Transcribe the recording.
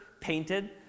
painted